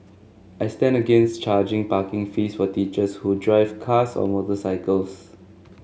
I stand against charging parking fees for teachers who drive cars or motorcycles